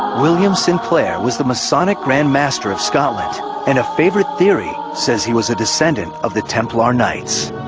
william sinclair was the masonic grand master of scotland and a favourite theory says he was a descendent of the templar knights.